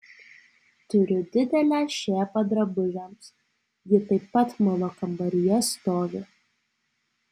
turiu didelę šėpą drabužiams ji taip pat mano kambaryje stovi